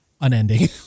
unending